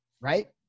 right